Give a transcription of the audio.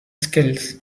skills